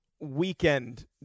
weekend